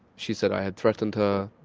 she said i had threatened her,